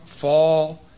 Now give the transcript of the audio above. fall